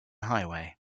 highway